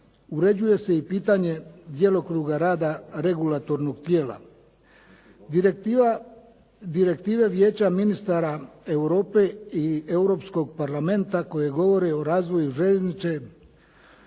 Uređuje se i pitanje djelokruga rada regulatornog tijela. Direktive vijeća ministara Europe i Europskog parlamenta koji govore o razvoju željeznice,